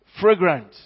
Fragrant